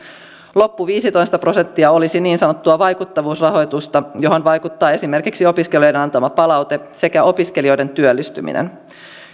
loppu viisitoista prosenttia olisi niin sanottua vaikuttavuusrahoitusta johon vaikuttaa esimerkiksi opiskelijoiden antama palaute sekä opiskelijoiden työllistyminen